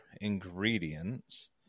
ingredients